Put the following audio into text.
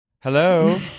Hello